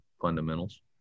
fundamentals